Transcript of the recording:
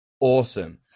awesome